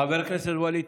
חבר הכנסת ווליד